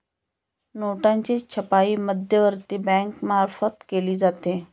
नोटांची छपाई मध्यवर्ती बँकेमार्फत केली जाते